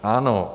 Ano.